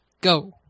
Go